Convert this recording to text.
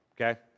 okay